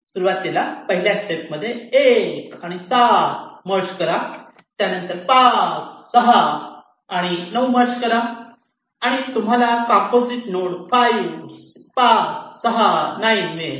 सुरुवातीला पहिल्या स्टेपमध्ये 1 आणि 7 मर्ज करा त्यानंतर 5 6 आणि 9 मर्ज करा आणि तुम्हाला कॉम्पोझिट नोड 5 6 9 मिळेल